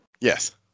Yes